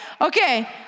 Okay